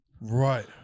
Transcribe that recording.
Right